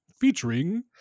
featuring